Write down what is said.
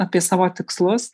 apie savo tikslus